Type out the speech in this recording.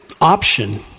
option